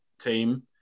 team